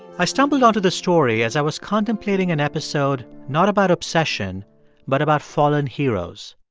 i stumbled onto this story as i was contemplating an episode not about obsession but about fallen heroes.